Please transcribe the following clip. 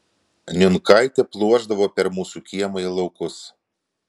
niunkaitė pluošdavo per mūsų kiemą į laukus